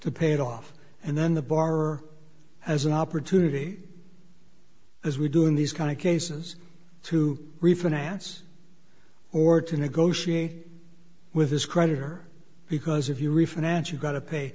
to pay it off and then the bar or as an opportunity as we do in these kind of cases to refinance or to negotiate with his creditor because if you refinance you've got to pay